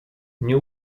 nie